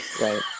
Right